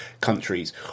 countries